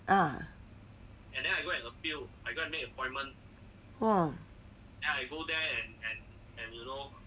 ah !wah!